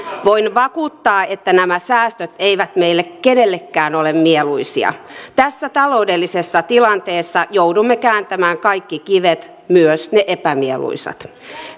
voin vakuuttaa että nämä säästöt eivät meille kenellekään ole mieluisia tässä taloudellisessa tilanteessa joudumme kääntämään kaikki kivet myös ne epämieluisat